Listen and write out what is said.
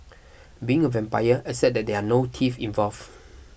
being a vampire except that there are no teeth involved